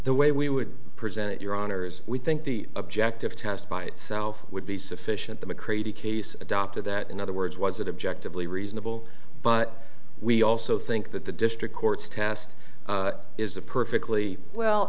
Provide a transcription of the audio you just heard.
the way we would present your honour's we think the objective test by itself would be sufficient the mccready case adopted that in other words was it objectively reasonable but we also think that the district courts test is a perfectly well